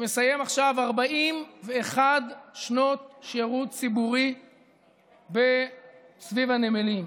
שמסיים עכשיו 41 שנות שירות ציבורי סביב הנמלים,